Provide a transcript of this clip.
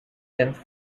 dense